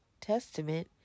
Testament